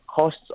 costs